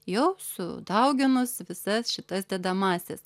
jau sudauginus visas šitas dedamąsias